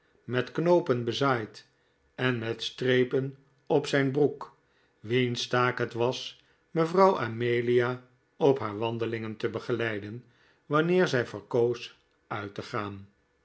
met knoopen bezaaid en met strepen op zijn broek wiens taak het was mevrouw amelia op haar wandelingen te begeleiden wanneer zij verkoos uit te gaan